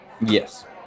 Yes